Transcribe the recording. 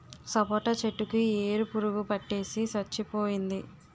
సపోటా చెట్టు కి ఏరు పురుగు పట్టేసి సచ్చిపోయింది